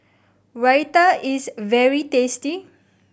raita is very tasty